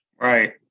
Right